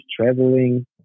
traveling